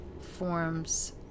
forms